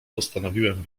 postanowiłem